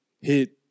hit